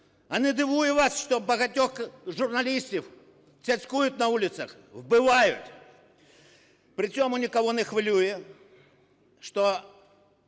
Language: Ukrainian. А не дивує вас, що багатьох журналістів цькують на вулицях, вбивають? При цьому нікого не хвилює, що